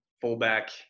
fullback